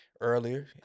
earlier